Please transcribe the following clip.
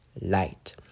light